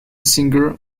singer